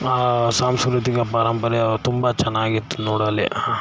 ಆ ಸಾಂಸ್ಕೃತಿಕ ಪರಂಪರೆ ತುಂಬ ಚೆನ್ನಾಗಿತ್ತು ನೋಡಲು